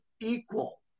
equal